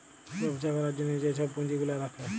ব্যবছা ক্যরার জ্যনহে যে ছব পুঁজি গুলা রাখে